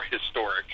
historic